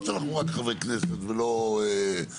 למרות שאנחנו רק חברי כנסת ולא גאונים.